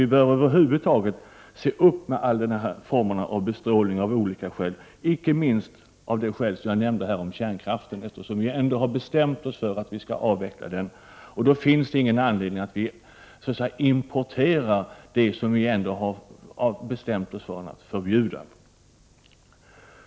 Vi bör av olika skäl se upp med bestrålning, inte minst med tanke på det jag nämnde om kärnkraften, eftersom vi ändå har bestämt oss för att avveckla den. Det finns ingen anledning att vi så att säga importerar det som vi har bestämt oss för att bli av med.